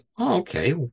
okay